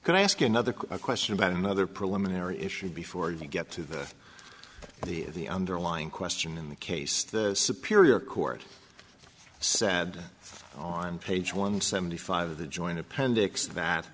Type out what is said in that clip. can i ask another question about another preliminary issue before you get to that the underlying question in the case the superior court said on page one seventy five of the joint appendix